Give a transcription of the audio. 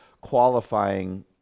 qualifying